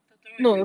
totoro is very s~